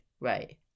right